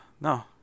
no